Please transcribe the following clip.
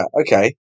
okay